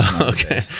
okay